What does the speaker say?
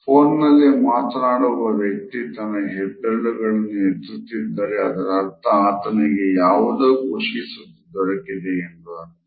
phone ನಲ್ಲಿ ಮಾತನಾಡುವ ವ್ಯಕ್ತಿ ತನ್ನ ಹೆಬ್ಬೇರುಳುಗಳನ್ನು ಎತ್ತುತ್ತಿದ್ದಾರೆ ಅದರರ್ಥ ಆತನಿಗೆ ಯಾವುದೊ ಖುಷಿ ಸುದ್ದಿ ದೊರಕಿದೆಯಿಂದು ಅರ್ಥ